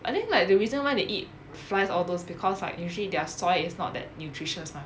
I think like the reason why they eat flies all those because like usually their soil is not that nutritious lah